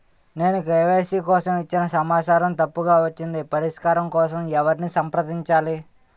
నేను కే.వై.సీ కోసం ఇచ్చిన సమాచారం తప్పుగా వచ్చింది పరిష్కారం కోసం ఎవరిని సంప్రదించాలి?